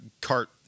cart